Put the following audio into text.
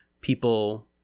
people